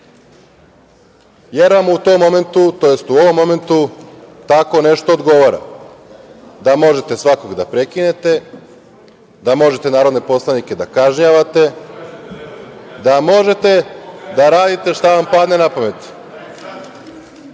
jer vam u tom momentu tj. u ovom momentu tako nešto odgovara, da možete svakog prekinete, da možete narodne poslanike da kažnjavate, da možete da radite šta vam padne na pamet.